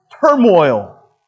turmoil